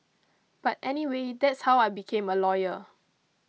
but anyway that's how I became a lawyer